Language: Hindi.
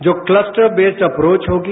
जो क्लस्टर बेस अप्रोच होगी